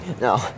no